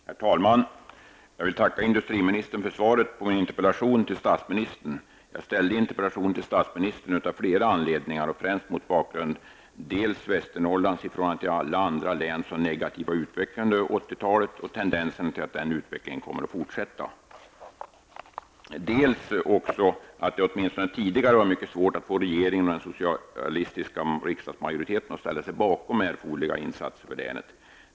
Herr talman! Jag vill tacka industriministern för svaret på min interpellation till statsministern. Jag ställde interpellationen till statsministern av flera anledningar, främst mot bakgrund av Västernorrlands i förhållande till alla andra län så negativa utveckling under 80-talet och att det finns tendenser till att den utvecklingen kommer att fortsätta. Dessutom var det åtminstone tidigare mycket svårt att få regeringen och den socialistiska riksdagsmajoriteten att ställa sig bakom erforderliga insatser för länet.